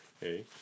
Hey